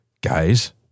Guys